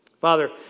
Father